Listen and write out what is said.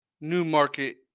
Newmarket